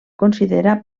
considera